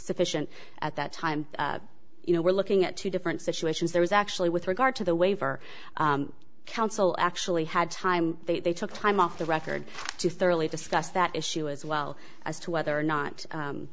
sufficient at that time you know we're looking at two different situations there was actually with regard to the waiver counsel actually had time they took time off the record to thoroughly discuss that issue as well as to whether or not